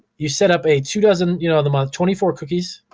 you set up a two dozen, you know the month, twenty four cookies,